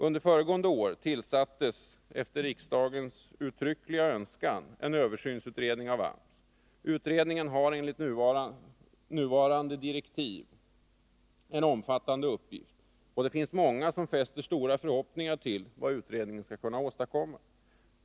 Under föregående år tillsattes på riksdagens uttryckliga önskan en översynsutredning av AMS. Utredningen har enligt nuvarande direktiv en omfattande uppgift, och det är många som hyser stora förhoppningar om vad utredningen skall kunna åstadkomma.